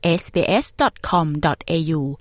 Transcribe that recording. sbs.com.au